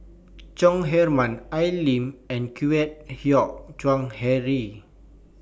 Chong Heman Al Lim and Kwek Hian Chuan Henry